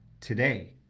today